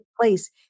place